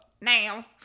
Now